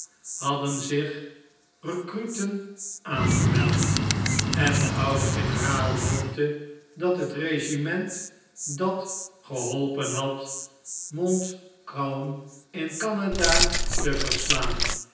hadden er zich rekruten aangemeld en de oude generaal hoopte dat het regiment dat geholpen had montcalm in canada te verslaan